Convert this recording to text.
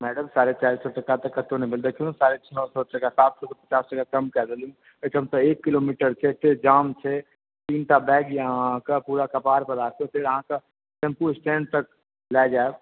madam साढ़े चारि सए टका तऽ कतौ नहि देखियौ ने साढ़े छओ सए टका सात सए मे पचास टका कम कए देलु एहिठामसँ एक किलोमीटर छै जाम छै तीनटा बैग यऽ अहाँके पूरा कपार पर राखु फेर अहाँके टेम्पू स्टैण्ड तक लए जायब